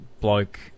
bloke